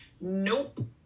Nope